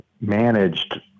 managed